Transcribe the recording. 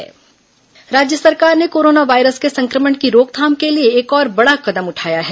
corona परिवहन सेवाएं राज्य सरकार ने कोरोना वायरस के संक्रमण की रोकथाम के लिए एक और बड़ा कदम उठाया है